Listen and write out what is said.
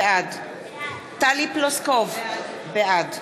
בעד טלי פלוסקוב, בעד